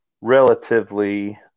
relatively